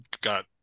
got